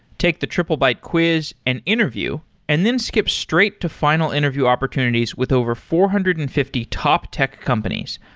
take the triplebyte quiz and interview and then skip straight to final interview opportunities with over four hundred and fifty top tech companies,